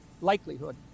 likelihood